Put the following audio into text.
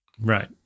Right